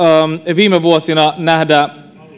viime vuosina nähdä yhä